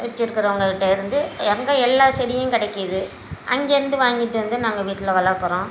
வச்சிருக்குறவங்ககிட்ட இருந்து அங்கே எல்லா செடியும் கிடைக்கிது அங்கேருந்து வாங்கிட்டு வந்து நாங்கள் வீட்டில் வளர்க்குறோம்